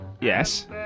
Yes